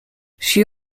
she